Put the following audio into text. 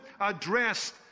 addressed